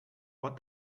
what